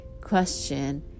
question